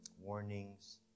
warnings